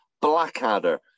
Blackadder